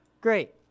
Great